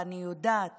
ואני יודעת